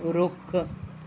ਰੁੱਖ